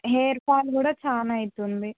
hair fall కూడా చాలా అవుతుంది